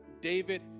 David